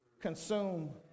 consume